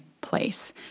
place